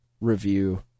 review